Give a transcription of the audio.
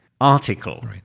article